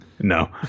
No